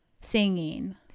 singing